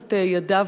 ותחת ידיו,